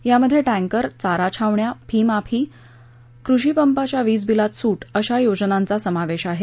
यामध्ये टँकर चाराछावण्या फी माफी कृषीपंपाच्या वीज बिलात सुट अशा योजनांचा समावेश आहे